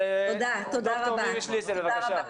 ד"ר מירי שליסל, בבקשה.